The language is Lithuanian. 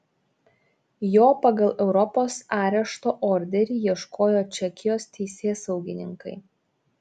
jo pagal europos arešto orderį ieškojo čekijos teisėsaugininkai